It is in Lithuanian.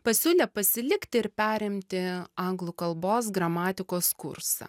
pasiūlė pasilikti ir perimti anglų kalbos gramatikos kursą